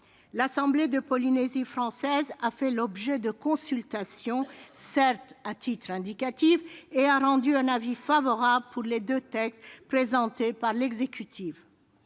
L'assemblée de la Polynésie française a fait l'objet de consultations, certes à titre indicatif, et a rendu un avis favorable sur les deux textes présentés par l'exécutif.